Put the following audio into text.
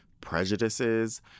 prejudices